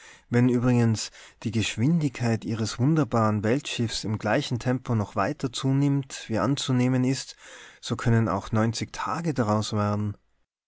wenn übrigens die geschwindigkeit ihres wunderbaren weltschiffes im gleichen tempo noch weiter zunimmt wie anzunehmen ist so können auch tage daraus werden